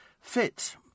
fit